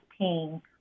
pain